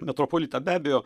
metropolitą be abejo